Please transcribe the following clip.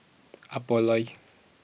Apollo